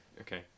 Okay